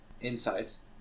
insights